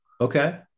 okay